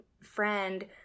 friend